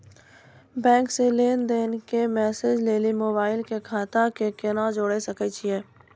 Bank से लेंन देंन के मैसेज लेली मोबाइल के खाता के केना जोड़े सकय छियै?